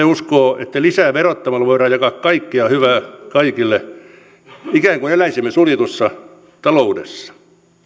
uskoo että lisää verottamalla voidaan jakaa kaikkea hyvää kaikille ikään kuin eläisimme suljetussa taloudessa